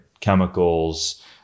Chemicals